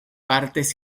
partes